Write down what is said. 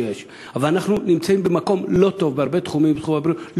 אבל אנחנו נמצאים במקום לא טוב בהרבה תחומים בתחום הבריאות,